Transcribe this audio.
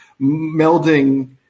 melding